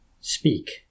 Speak